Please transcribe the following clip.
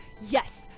yes